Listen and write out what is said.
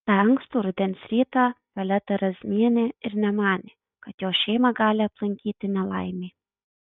tą ankstų rudens rytą violeta razmienė ir nemanė kad jos šeimą gali aplankyti nelaimė